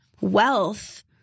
wealth